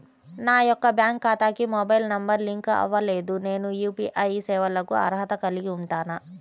నా యొక్క బ్యాంక్ ఖాతాకి మొబైల్ నంబర్ లింక్ అవ్వలేదు నేను యూ.పీ.ఐ సేవలకు అర్హత కలిగి ఉంటానా?